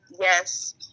yes